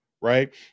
right